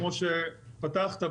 כמו שפתחת,